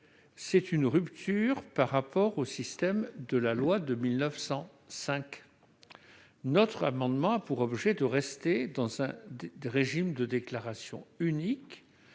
C'est une rupture par rapport au système de la loi de 1905. Notre amendement a pour objet de rester dans un régime de déclaration unique,